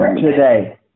Today